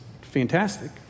fantastic